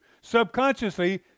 Subconsciously